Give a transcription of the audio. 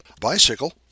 bicycle